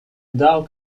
dow